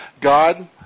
God